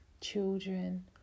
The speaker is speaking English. children